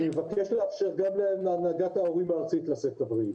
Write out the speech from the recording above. אני מבקש שיאפשרו לנציגה של הנהגת ההורים הארצית לשאת דברים.